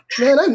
man